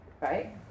right